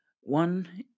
One